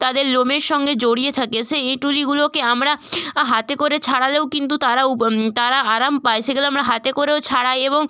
তাদের লোমের সঙ্গে জড়িয়ে থাকে সে এঁটুলিগুলোকে আমরা হাতে করে ছাড়ালেও কিন্তু তারা উ তারা আরাম পায় সেগুলো আমরা হাতে করেও ছাড়াই এবং